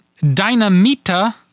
Dynamita